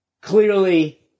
clearly